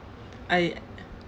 I